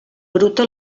bruta